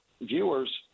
viewers